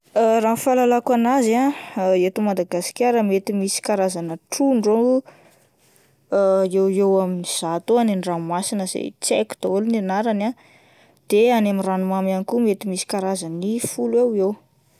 Raha ny fahalalako an'azy eh eto Madagasikara misy karazana trondro eo eo amin'ny zato eo any an-dranomasina izay tsy haiko daholo ny anarany ah, de any amin'ny ranomamy ihany koa mety misy karazany folo eo eo.